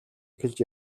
эхэлж